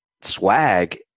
swag